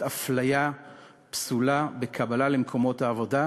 האפליה הפסולה בקבלה למקומות העבודה,